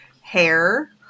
hair